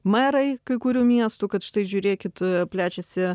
merai kai kurių miestų kad štai žiūrėkit plečiasi